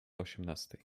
osiemnastej